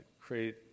create